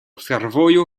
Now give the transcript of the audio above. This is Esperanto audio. fervojo